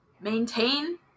maintain